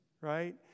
right